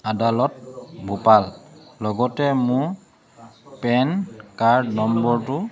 আদালত ভূপাল লগতে মোৰ পেন কাৰ্ড নম্বৰটো